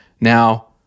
Now